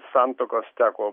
santuokas teko